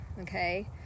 okay